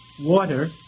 water